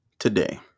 Today